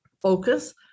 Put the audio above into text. focus